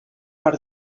per